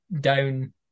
down